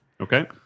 Okay